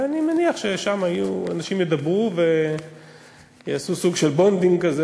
ואני מניח ששם אנשים ידברו ויעשו סוג של bonding כזה,